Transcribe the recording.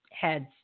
heads